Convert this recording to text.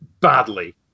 badly